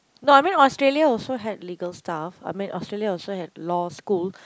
no I mean Australia also had legal stuff I mean Australia also had Law school